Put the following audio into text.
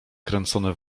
kręcone